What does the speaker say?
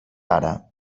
ara